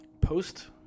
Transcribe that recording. post